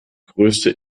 größte